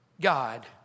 God